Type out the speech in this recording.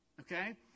okay